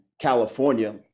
California